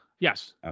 Yes